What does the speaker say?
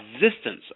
existence